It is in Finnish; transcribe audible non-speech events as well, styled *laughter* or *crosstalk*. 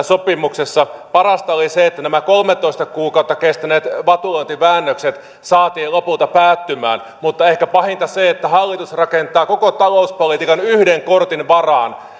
*unintelligible* sopimuksessa parasta oli se että nämä kolmetoista kuukautta kestäneet vatulointiväännökset saatiin lopulta päättymään mutta ehkä pahinta on se että hallitus rakentaa koko talouspolitiikan yhden kortin varaan